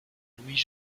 louis